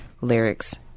lyrics